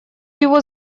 его